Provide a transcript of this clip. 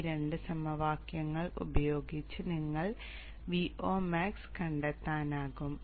ഈ രണ്ട് സമവാക്യങ്ങൾ ഉപയോഗിച്ച് നിങ്ങൾക്ക് Vomax കണ്ടെത്താനാകും